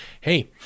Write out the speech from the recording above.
Hey